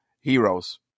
Heroes